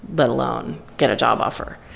let alone get a job offer.